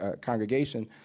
congregation